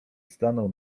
stanął